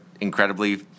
incredibly